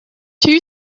two